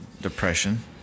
depression